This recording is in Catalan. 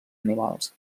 animals